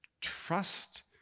trust